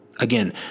Again